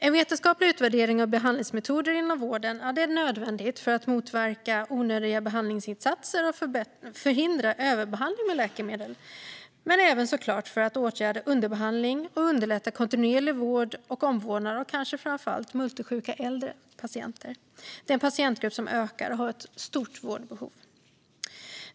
En vetenskaplig utvärdering av behandlingsmetoder inom vården är nödvändig för att motverka onödiga behandlingsinsatser och förhindra överbehandling med läkemedel, men även såklart för att åtgärda underbehandling och underlätta kontinuerlig vård och omvårdnad av kanske framför allt multisjuka äldre patienter. Det är en patientgrupp som ökar och som har ett stort vårdbehov.